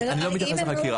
אני לא מתייחס לחקירה.